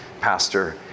pastor